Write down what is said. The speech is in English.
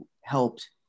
helped